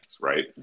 right